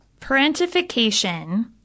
parentification